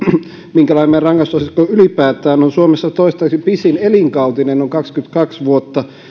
minkälainen meidän rangaistusasteikko ylipäätään on suomessa toistaiseksi pisin elinkautinen on kaksikymmentäkaksi vuotta